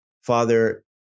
father